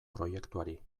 proiektuari